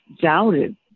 doubted